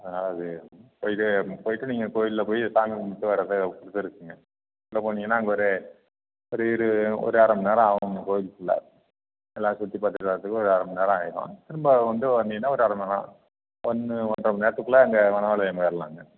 அதனால் அது போய்ட்டு போய்ட்டு நீங்கள் கோவில்ல போய் சாமி கும்பிட்டு வர்றதை பொறுத்து இருக்குதுங்க உள்ளே போனிங்கன்னா அங்கே ஒரு ஒரு இரு ஒரு அரை மணிநேரம் ஆகும்ங்க கோவிலுக்குள்ள எல்லாம் சுற்றி பார்த்துட்டு வர்றதுக்கு ஒரு அரை மணிநேரம் ஆகிடும் திரும்ப வந்து வந்திங்கன்னா ஒரு அரை மணிநேர ஒன்று ஒன்றரை மணிநேரத்துக்குள்ள அங்கே வனாலயம் போயிடலாங்க